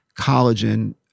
collagen